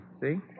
See